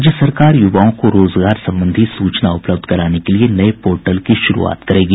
राज्य सरकार युवाओं को रोजगार संबंधी सूचना उपलब्ध कराने के लिए नये पोर्टल की शुरूआत करेगी